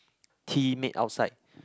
tea made outside